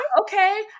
okay